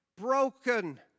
broken